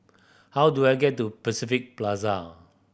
how do I get to Pacific Plaza